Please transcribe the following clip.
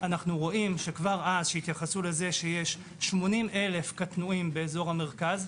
אנו רואים שכבר אז כשהתייחסו לזה שיש 80,000 קטנועים באזור המרכז,